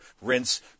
rinse